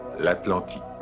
l'Atlantique